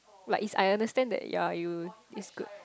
like is I understand that you're you is good